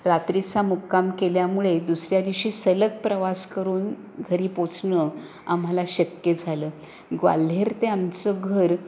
रात्रीचा मुक्काम केल्यामुळे दुसऱ्या दिवशी सलग प्रवास करून घरी पोचणं आम्हाला शक्य झालं ग्वाल्हेर ते आमचं घर